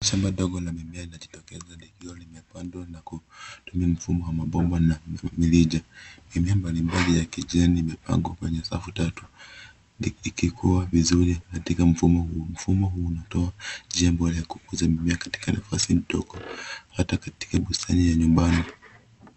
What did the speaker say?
Shamba dogo la mimea linajitokeza na likiwa limepandwa na kutumia mfumo wa mabomba na mirija. Mimea mbalimbali ya kijani imepangwa kwenye safu tatu ikikuwa vizuri katika mfumo huu. Mfumo huu unatoa njia bora ya kukuza mimea katika nafasi ndogo, hata katika bustani ya nyumbani.